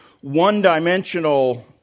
one-dimensional